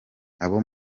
abo